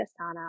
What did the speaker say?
Asana